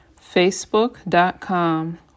facebook.com